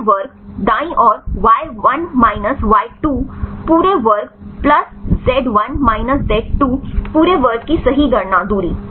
पूरे वर्ग दाईं ओर y1 माइनस y2 पूरे वर्ग प्लस z1 माइनस z2 पूरे वर्ग के सही गणना दूरी